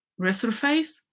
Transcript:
resurface